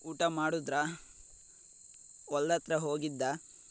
ಊಟ ಮಾಡಿದ್ರಾ ಹೊಲ್ದತ್ರ ಹೋಗಿದ್ಯಾ